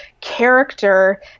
character